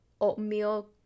oatmeal